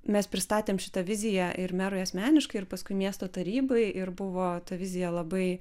mes pristatėm šitą viziją ir merui asmeniškai ir paskui miesto tarybai ir buvo ta vizija labai